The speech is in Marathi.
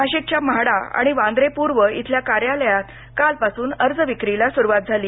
नाशिकच्या म्हाडा आणि वांद्रे पूर्व इथल्या कार्यालयात कालपासून अर्ज विक्रीला सुरुवात झाली